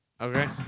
Okay